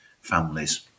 families